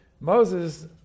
Moses